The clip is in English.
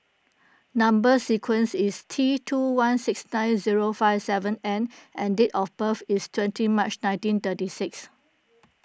Number Sequence is T two one six nine zero five seven N and date of birth is twenty March nineteen thirty six